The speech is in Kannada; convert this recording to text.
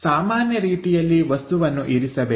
ಸಾಮಾನ್ಯ ರೀತಿಯಲ್ಲಿ ವಸ್ತುವನ್ನು ಇರಿಸಬೇಕು